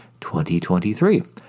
2023